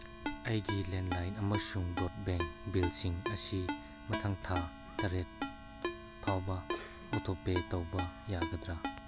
ꯑꯩꯒꯤ ꯂꯦꯟꯂꯥꯏꯟ ꯑꯃꯁꯨꯡ ꯕ꯭ꯔꯣꯠꯕꯦꯡ ꯕꯤꯜꯁꯤꯡ ꯑꯁꯤ ꯃꯊꯪ ꯊꯥ ꯇꯔꯦꯠ ꯐꯥꯎꯕ ꯑꯣꯇꯣꯄꯦ ꯇꯧꯕ ꯌꯥꯒꯗ꯭ꯔ